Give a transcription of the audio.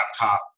laptop